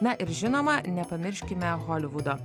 na ir žinoma nepamirškime holivudo